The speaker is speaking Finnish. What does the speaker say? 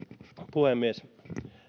puhemies